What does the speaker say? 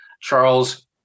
Charles